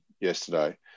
yesterday